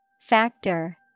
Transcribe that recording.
Factor